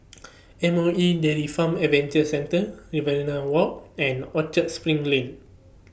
M O E Dairy Farm Adventure Centre Riverina Walk and Orchard SPRING Lane